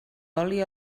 oli